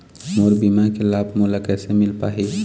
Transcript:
मोर बीमा के लाभ मोला कैसे मिल पाही?